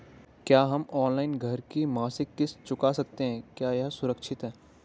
क्या हम ऑनलाइन घर की मासिक किश्त चुका सकते हैं क्या यह सुरक्षित है?